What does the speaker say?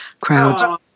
Crowd